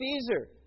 Caesar